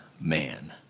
Man